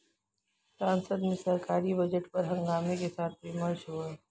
संसद में सरकारी बजट पर हंगामे के साथ विमर्श हुआ